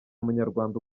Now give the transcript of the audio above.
munyarwanda